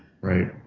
right